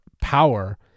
power